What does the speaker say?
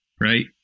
Right